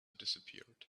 disappeared